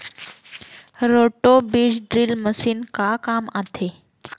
Roto बीज drill machine का काम आथे?